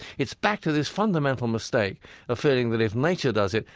it's back to this fundamental mistake of feeling that if nature does it,